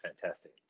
fantastic